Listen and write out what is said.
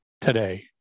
today